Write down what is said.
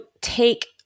take